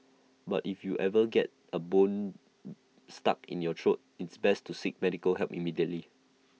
but if you ever get A bone stuck in your throat it's best to seek medical help immediately